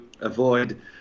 avoid